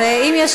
חברים,